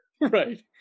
Right